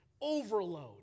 overload